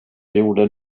gjorde